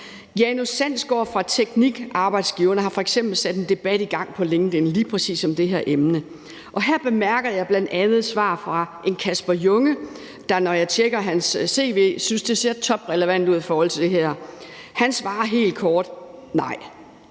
Janus Sandsgaard fra TEKNIQ Arbejdsgiverne har f.eks. sat en debat i gang på LinkedIn om lige præcis det her emne. Her bemærker jeg bl.a. et svar fra en Kasper Junge, der, når jeg tjekker hans cv, ser toprelevant ud i forhold til det her, synes jeg. Han svarer helt kort: Nej,